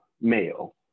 male